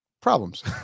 problems